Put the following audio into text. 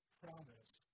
promise